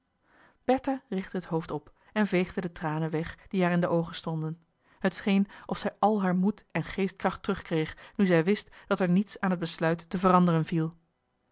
bertha richtte het hoofd op en veegde de tranen weg die haar in de oogen stonden t scheen of zij al haar moed en geestkracht terugkreeg nu zij wist dat er niets aan het besluit te veranderen viel